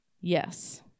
Yes